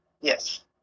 Yes